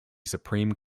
supreme